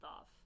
off